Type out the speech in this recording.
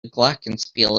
glockenspiel